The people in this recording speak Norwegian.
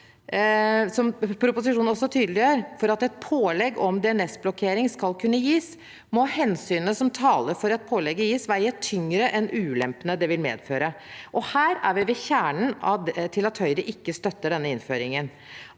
For at et pålegg om DNS-blokkering skal kunne gis, må hensynene som taler for at pålegget gis, veie tyngre enn ulempene det vil medføre. Her er vi ved kjernen til at Høyre ikke støtter denne innføringen.